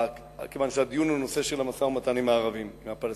כיוון שהדיון הוא בנושא המשא-ומתן עם הפלסטינים,